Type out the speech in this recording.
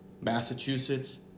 Massachusetts